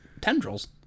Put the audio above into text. tendrils